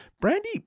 Brandy